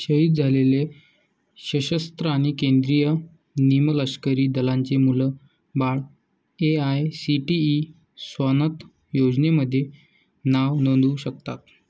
शहीद झालेले सशस्त्र आणि केंद्रीय निमलष्करी दलांचे मुलं बाळं ए.आय.सी.टी.ई स्वानथ योजनेमध्ये नाव नोंदवू शकतात